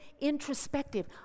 introspective